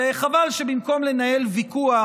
וחבל שבמקום לנהל ויכוח,